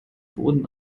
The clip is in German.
boden